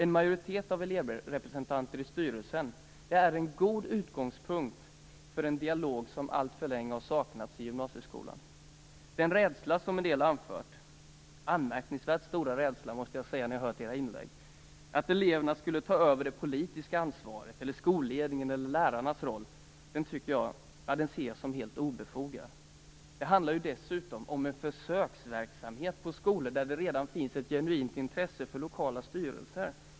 En majoritet av elevrepresentanter i styrelsen är en god utgångspunkt för en dialog som alltför länge har saknats i gymnasieskolan. Den rädsla som en del har anfört - anmärkningsvärt stor, måste jag säga efter att ha hört inläggen - för att eleverna skulle ta över det politiska ansvaret eller skolledningens och lärarnas roll ser jag som helt obefogad. Det handlar ju dessutom om en försöksverksamhet på skolor där det redan finns ett genuint intresse för lokala styrelser!